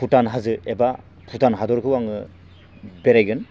भुटान हाजो एबा भुटान हादरखौ आङो बेरायगोन